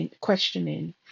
questioning